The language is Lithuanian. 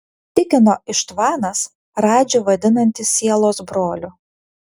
tikino ištvanas radžį vadinantis sielos broliu